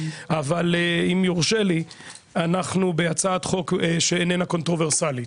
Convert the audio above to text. אבל אם יורשה לי אנחנו בהצעת חוק שאיננה קונטרוברסלית,